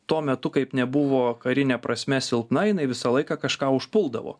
tuo metu kaip nebuvo karine prasme silpna jinai visą laiką kažką užpuldavo